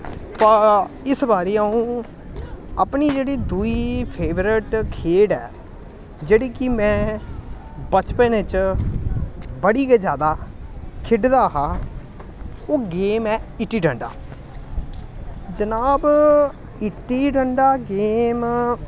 बा इस बारी अ'ऊं अपनी जेह्ड़ी दूई फेवरट खेढ ऐ जेह्ड़ी कि में बचपन च बड़ी गै जैदा खेढदा हा ओह् गेम ऐ इट्टी डंडा जनाब इट्टी डंडा गेम